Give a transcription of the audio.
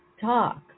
talk